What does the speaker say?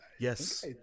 Yes